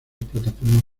plataformas